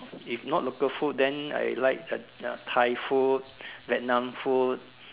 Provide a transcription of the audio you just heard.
if not local food then I like the Thai food Vietnam food